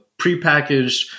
prepackaged